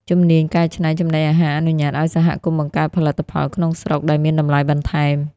ជំនាញកែច្នៃចំណីអាហារអនុញ្ញាតឱ្យសហគមន៍បង្កើតផលិតផលក្នុងស្រុកដែលមានតម្លៃបន្ថែម។